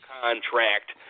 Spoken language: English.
contract